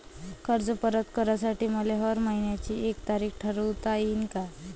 कर्ज परत करासाठी मले हर मइन्याची एक तारीख ठरुता येईन का?